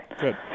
Good